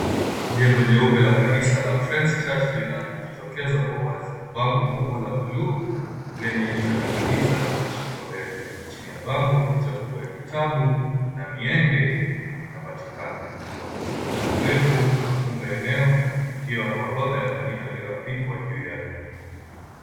Jengo jeupe la kanisa la FRIENDS CHURCH linajitokeza kwa wazi. Bango kubwa la buluu lenye jina la kanisa limeshikwa mbele. Chini ya bango picha kubwa ya kitabu na mienge inapatikana. Ukuta mrefu unafunga eneo ukiwa na orodha ya majina yaliioandikwa juu yake.